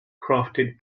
crafted